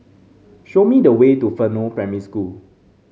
show me the way to Fernvale Primary School